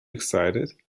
excited